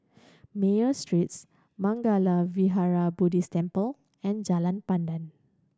Mayo Street Mangala Vihara Buddhist Temple and Jalan Pandan